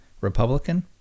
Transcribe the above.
Republican